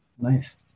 Nice